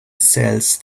sells